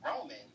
Roman